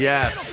Yes